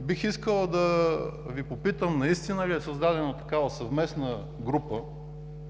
бих искал да Ви попитам: наистина ли е създадена такава съвместна група